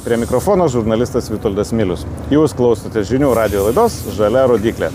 prie mikrofono žurnalistas vitoldas milius jūs klausotės žinių radijo laidos žalia rodyklė